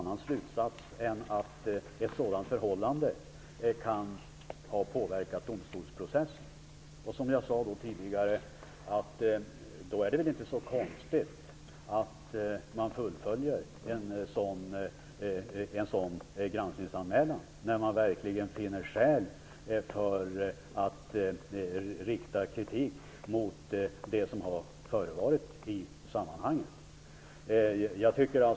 När man verkligen finner skäl för att rikta kritik mot det som har förevarit är det väl inte så konstigt att man också fullföljer en granskningsanmälan.